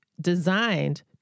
designed